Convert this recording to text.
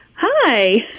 Hi